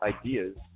ideas